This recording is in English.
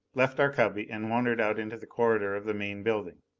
left our cubby and wandered out into the corridor of the main building.